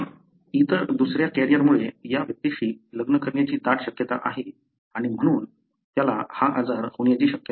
इतर दुसऱ्या कॅरियरमुळे या व्यक्तीशी लग्न करण्याची दाट शक्यता आहे आणि म्हणून त्याला हा आजार होण्याची शक्यता आहे